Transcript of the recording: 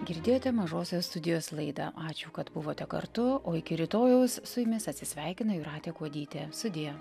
girdėjote mažosios studijos laidą ačiū kad buvote kartu o iki rytojaus su jumis atsisveikina jūratė kuodytė sudie